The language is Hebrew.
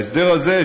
ההסדר הזה,